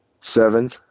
seven